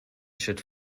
should